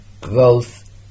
Growth